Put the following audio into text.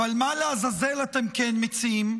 אבל מה לעזאזל אתם כן מציעים?